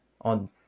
on